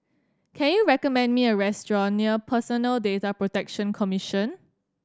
can you recommend me a restaurant near Personal Data Protection Commission